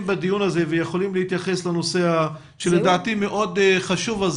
בדיון הזה ויכולים להתייחס לנושא שלדעתי מאוד חשוב,